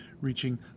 reaching